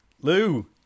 Lou